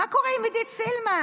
מה קורה עם עידית סילמן?